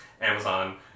Amazon